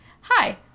Hi